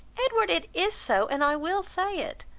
edward, it is so, and i will say it.